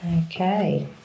Okay